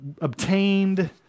obtained